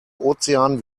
ozean